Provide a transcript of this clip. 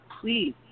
please